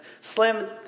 Slim